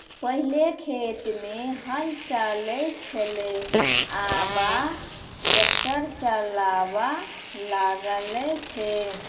पहिलै खेत मे हल चलै छलै आबा ट्रैक्टर चालाबा लागलै छै